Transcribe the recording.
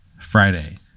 Friday